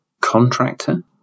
contractor